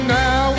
now